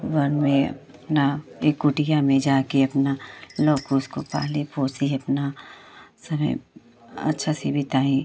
one में अपना एक कुटिया में जाकर अपना लव कुश को पाली पोसी अपना समय अच्छा से बिताईं